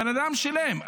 האדם שילם,